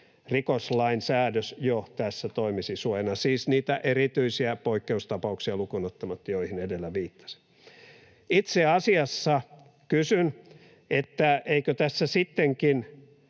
rikoslainsäädös jo toimisi tässä suojana, siis niitä erityisiä poikkeustapauksia lukuun ottamatta, joihin edellä viittasin. Itse asiassa kysyn, että eikö tässä sittenkin